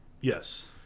Yes